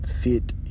fit